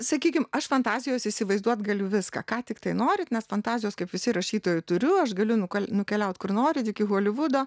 sakykim aš fantazijose įsivaizduot galiu viską ką tiktai norit nes fantazijos kaip visi rašytojai turiu aš galiu nu nukeliaut kur norit iki holivudo